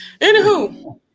Anywho